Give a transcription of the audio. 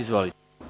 Izvolite.